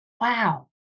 Wow